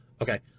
Okay